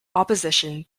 opposition